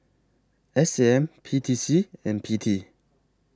S A M P T C and P T